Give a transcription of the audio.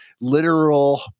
literal